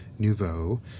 Nouveau